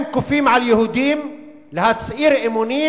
אם כופים על יהודים להצהיר אמונים